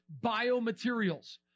biomaterials